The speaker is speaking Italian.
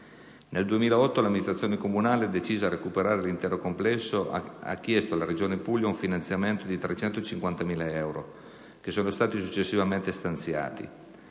Nel 2008 l'amministrazione comunale, decisa a recuperare l'intero complesso, ha chiesto alla Regione Puglia un finanziamento di 350.000 euro, che sono stati successivamente stanziati.